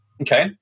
okay